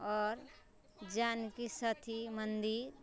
आओर जानकी सथी मन्दिर